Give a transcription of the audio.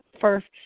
first